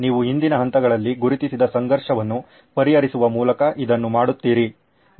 ನೀವು ಹಿಂದಿನ ಹಂತಗಳಲ್ಲಿ ಗುರುತಿಸಿದ ಸಂಘರ್ಷವನ್ನು ಪರಿಹರಿಸುವ ಮೂಲಕ ಇದನ್ನು ಮಾಡುತ್ತೀರಿ